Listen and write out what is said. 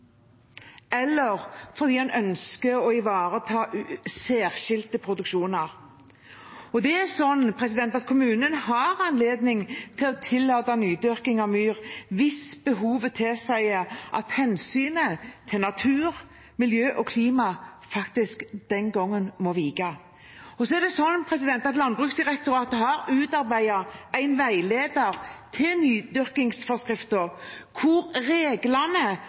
eller en ønsker å ivareta særskilte produksjoner. Kommunen har anledning til å tillate nydyrking av myr hvis behovet tilsier at hensynet til natur, miljø og klima faktisk den gangen må vike. Landbruksdirektoratet har utarbeidet en veileder til nydyrkingsforskriften, hvor reglene om nydyrking av myr er nærmere omtalt. Veilederen vil bidra til å sikre en enhetlig praksis i reglene og gjennomføring av reglene